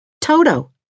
Toto